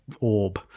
orb